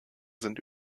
sind